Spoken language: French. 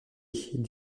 dit